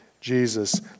Jesus